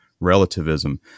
relativism